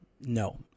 No